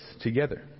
together